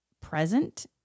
present